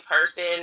person